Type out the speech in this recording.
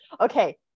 okay